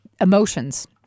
emotions